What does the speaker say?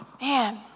Man